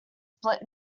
split